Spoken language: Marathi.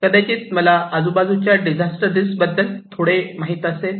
कदाचित मला आजूबाजूच्या डिझास्टर रिस्क बद्दल थोडेसे माहित असेल